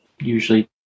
usually